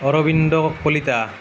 Arvind Kalita